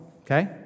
Okay